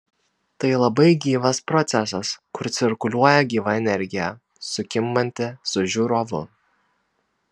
tai labai gyvas procesas kur cirkuliuoja gyva energija sukimbanti su žiūrovu